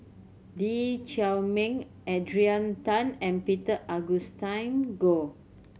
Lee Chiaw Meng Adrian Tan and Peter Augustine Goh